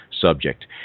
subject